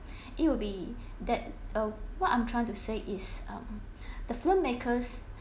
it would be that uh what I'm trying to say is um the filmmakers